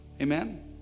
amen